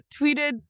tweeted